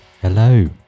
Hello